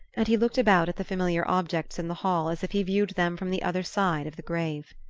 and he looked about at the familiar objects in the hall as if he viewed them from the other side of the grave.